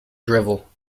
drivel